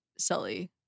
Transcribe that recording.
Sully